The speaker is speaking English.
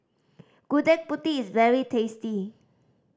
Gudeg Putih is very tasty